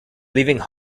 leaving